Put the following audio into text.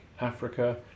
Africa